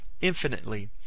infinitely